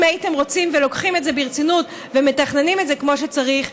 אם הייתם רוצים ולוקחים את זה ברצינות ומתכננים את זה כמו שצריך,